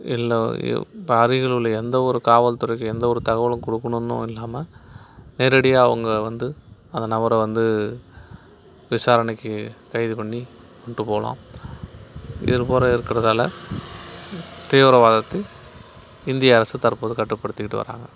இல்லை இப்போ அருகில் உள்ள எந்த ஒரு காவல்துறைக்கு எந்த ஒரு தகவல் கொடுக்கணும்னு இல்லாமல் நேரடியாக அவங்க வந்து அந்த நபரை வந்து விசாரணைக்கு கைது பண்ணி கூப்பிட்டு போகலாம் இதுபோல் இருக்கிறதால தீவிரவாதத்தை இந்திய அரசு தற்போது கட்டுப்படுத்திகிட்டு வராங்க